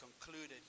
concluded